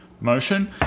motion